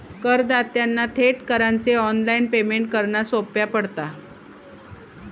करदात्यांना थेट करांचे ऑनलाइन पेमेंट करना सोप्या पडता